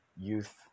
youth